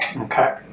Okay